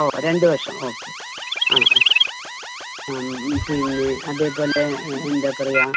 ഓ രണ്ട് വർഷം ഓക്കെ ആ ആ പിന്നെ അതേപോലെ എന്താ പറയുക